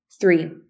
Three